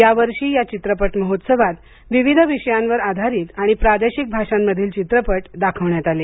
या वर्षी या चित्रपट महोत्सवात विविध विषयांवर आधारित आणि प्रादेशिक भाषांमधील चित्रपट दाखवण्यात आले